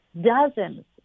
dozens